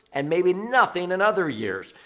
and maybe nothing in other years.